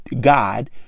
God